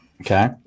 Okay